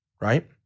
right